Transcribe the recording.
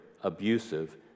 abusive